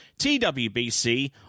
TWBC